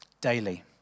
Daily